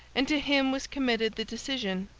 and to him was committed the decision.